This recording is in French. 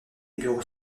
bureaux